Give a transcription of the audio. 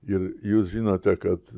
ir jūs žinote kad